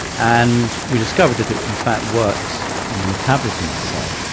and we discovered that it in fact works on the metabolism of the cell.